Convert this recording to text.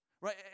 Right